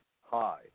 hi